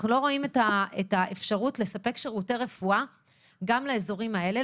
אנחנו לא רואים את האפשרות לספק שירותי רפואה גם לאזורים האלה.